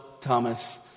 Thomas